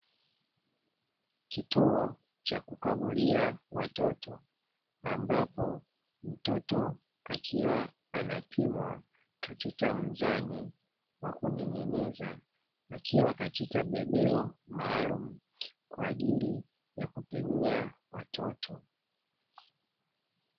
Kituo cha kukagulia watoto, ambapo mtoto akiwa anapimwa katika mzani wa kuning'iniza, akiwa katika bebeo maalumu kwa ajili ya kupimia watoto.